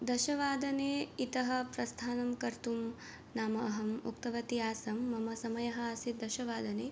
दशवादने इतः प्रस्थानं कर्तुं नाम अहम् उक्तवती आसं मम समयः आसीत् दशवादने